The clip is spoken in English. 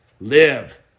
live